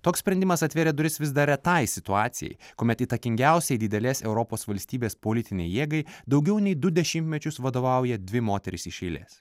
toks sprendimas atvėrė duris vis dar retai situacijai kuomet įtakingiausiai didelės europos valstybės politinei jėgai daugiau nei du dešimtmečius vadovauja dvi moterys iš eilės